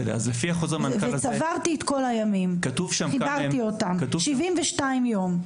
צברתי את כל הימים, חיברתי אותם 72 יום.